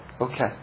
Okay